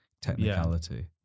technicality